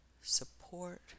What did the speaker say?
Support